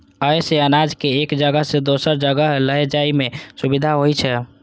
अय सं अनाज कें एक जगह सं दोसर जगह लए जाइ में सुविधा होइ छै